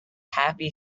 happy